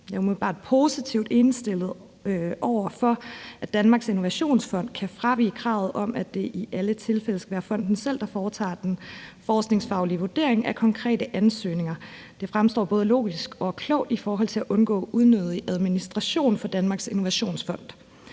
positivt indstillet over for, at Danmarks Innovationsfond kan fravige kravet om, at det i alle tilfælde skal være fonden selv, der foretager den forskningsfaglige vurdering af konkrete ansøgninger. Det fremstår både logisk og klogt i forhold til at undgå unødig administration for Danmarks Innovationsfond.